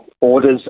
orders